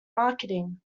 marketing